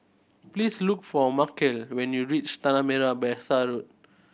please look for Markell when you reach Tanah Merah Besar Road